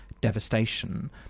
devastation